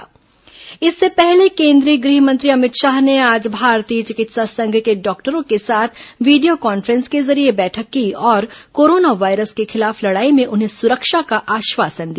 corona गृह मंत्री बैठक इससे पहले केंद्रीय गृह मंत्री अमित शाह ने आज भारतीय चिकित्सा संघ के डॉक्टरों के साथ वीडियो कान्फ्रेंस के जरिये बैठक की और कोरोना वायरस के खिलाफ लड़ाई में उन्हें सुरक्षा का आश्वासन दिया